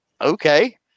okay